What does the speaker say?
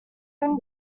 own